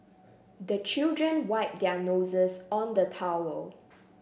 the children wipe their noses on the towel